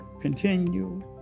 continue